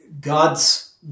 God's